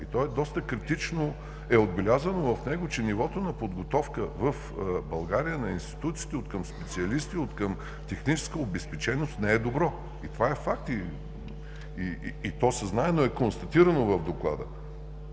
и доста критично е отбелязано в него, че нивото на подготовка на институциите в България откъм специалисти, откъм техническа обезпеченост не е добро. И това е факт! И то се знае, но е констатирано в Доклада,